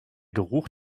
geruch